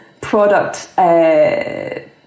product